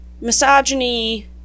misogyny